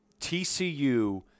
TCU